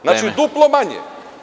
Znači, duplo manje.